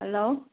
hello